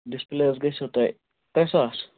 display حظ گَژھو تۄہہِ ترٛے ساس